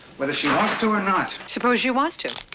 whether she wants to or not. suppose she wants to.